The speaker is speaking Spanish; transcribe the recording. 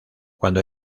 cuando